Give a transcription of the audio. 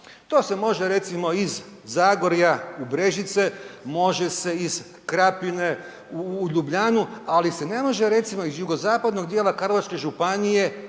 To se može recimo iz Zagorja u Brežice, može se iz Krapine u Ljubljanu, ali se ne može recimo iz jugozapadnog dijela Karlovačke županije